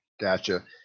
Gotcha